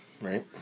Right